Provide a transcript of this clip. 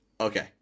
okay